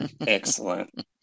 Excellent